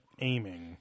aiming